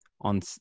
on